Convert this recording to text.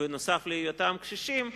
נוסף על היותם קשישים,